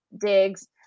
digs